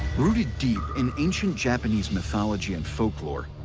rooted deep in ancient japanese mythology and folklore,